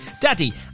Daddy